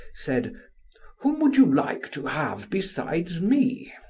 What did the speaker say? said whom would you like to have besides me?